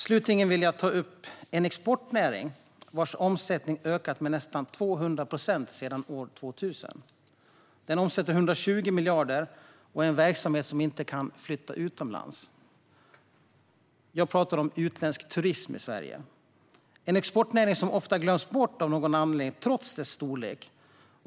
Slutligen vill jag ta upp en exportnäring vars omsättning har ökat med nästan 200 procent sedan år 2000. Den omsätter 120 miljarder och är en verksamhet som inte kan flytta utomlands. Jag pratar om utländsk turism i Sverige. Detta är en exportnäring som av någon anledning ofta glöms bort, trots sin storlek.